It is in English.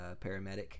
paramedic